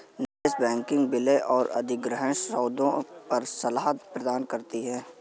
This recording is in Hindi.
निवेश बैंकिंग विलय और अधिग्रहण सौदों पर सलाह प्रदान करती है